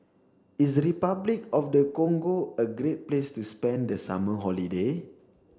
is Repuclic of the Congo a great place to spend the summer holiday